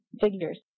figures